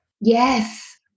Yes